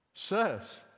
Says